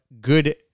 good